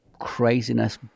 craziness